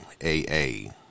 A-A